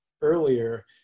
earlier